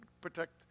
protect